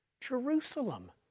Jerusalem